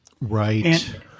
Right